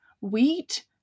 wheat